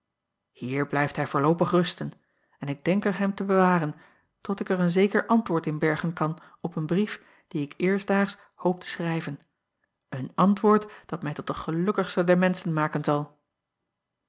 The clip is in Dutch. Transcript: ier blijft hij voorloopig rusten en ik denk er hem te bewaren tot ik er een zeker antwoord in bergen kan op een brief dien ik eerstdaags hoop te schrijven een antwoord dat mij tot den gelukkigste der menschen maken zal